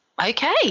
Okay